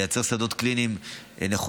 היא לייצר שדות קליניים נכונים,